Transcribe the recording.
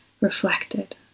reflected